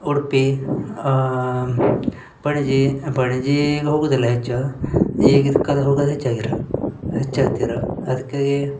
ಉಡುಪಿ ಪಣಜಿ ಪಣ್ಜೀಗೆ ಹೋಗುವುದಿಲ್ಲ ಹೆಚ್ಚು ಈಗ ಇದ್ಕಾರು ಹೋಗೋರ್ ಹೆಚ್ಚಾಗಿರು ಹೆಚ್ಚಾಗ್ತಿರು ಅದಕ್ಕಾಗಿ